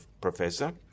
professor